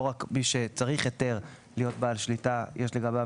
לא רק מי שצריך היתר כדי להיות בעל שליטה יש לגביו